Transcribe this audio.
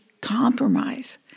compromise